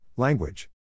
Language